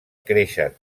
creixen